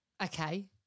Okay